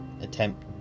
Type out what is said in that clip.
attempt